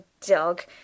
dog